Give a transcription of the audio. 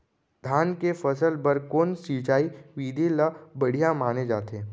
धान के फसल बर कोन सिंचाई विधि ला बढ़िया माने जाथे?